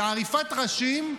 לעריפת ראשים,